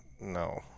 No